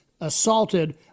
assaulted